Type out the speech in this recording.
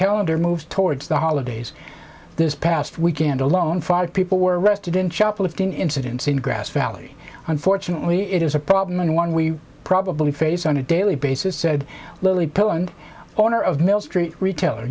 calendar moves towards the holidays this past weekend alone five people were arrested in shoplifting incidents in grass valley unfortunately it is a problem and one we probably face on a daily basis said lily poland owner of mail street retailer